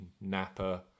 Napa